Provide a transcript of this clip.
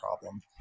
problem